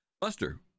Buster